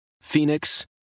Phoenix